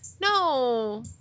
no